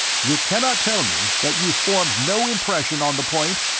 you cannot tell me that you formed no impression on the point.